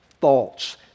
thoughts